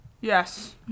yes